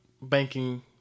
banking